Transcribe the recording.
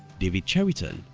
david cheriton,